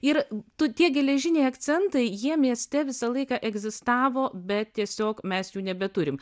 ir tu tie geležiniai akcentai jie mieste visą laiką egzistavo bet tiesiog mes jų nebeturim